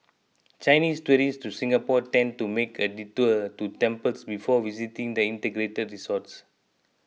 Chinese tourists to Singapore tend to make a detour to temples before visiting the integrated resorts